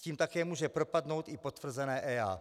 S tím také může propadnout i potvrzené EIA.